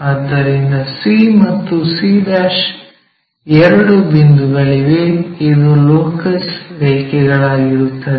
ಆದ್ದರಿಂದ c ಮತ್ತು c' ಎರಡು ಬಿಂದುಗಳಿವೆ ಇದು ಲೋಕಸ್ ರೇಖೆಗಳಾಗಿರುತ್ತದೆ